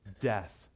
death